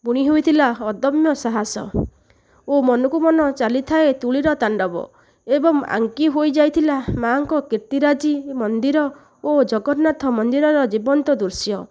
ବୁଣି ହୋଇଥିଲା ଅଦମ୍ୟ ସାହସ ଓ ମନକୁ ମନ ଚାଲିଥାଏ ତୂଳୀର ତାଣ୍ଡବ ଏବଂ ଆଙ୍କି ହୋଇଯାଇଥିଲା ମା'ଙ୍କର କିର୍ତ୍ତିରାଜି ମନ୍ଦିର ଓ ଜଗନ୍ନାଥ ମନ୍ଦିରର ଜୀବନ୍ତ ଦୃଶ୍ୟ